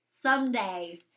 someday